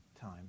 time